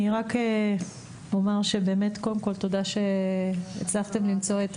אני אומר תודה שהצלחתם למצוא את